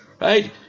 right